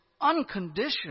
unconditional